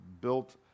built